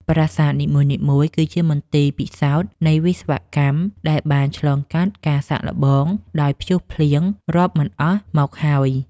ប្រាសាទនីមួយៗគឺជាមន្ទីរពិសោធន៍នៃវិស្វកម្មដែលបានឆ្លងកាត់ការសាកល្បងដោយព្យុះភ្លៀងរាប់មិនអស់មកហើយ។